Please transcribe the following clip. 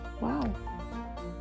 wow